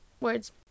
words